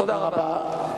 תודה רבה.